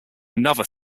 another